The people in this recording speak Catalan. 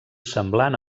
semblant